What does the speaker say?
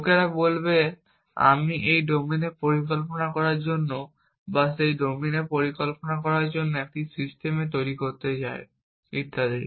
লোকেরা বলবে আমি এই ডোমেনে পরিকল্পনা করার জন্য বা সেই ডোমেনে পরিকল্পনা করার জন্য একটি সিস্টেম তৈরি করতে চাই ইত্যাদি